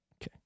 Okay